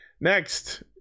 Next